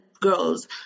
girls